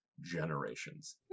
generations